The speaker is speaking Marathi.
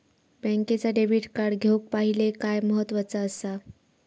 बँकेचा डेबिट कार्ड घेउक पाहिले काय महत्वाचा असा?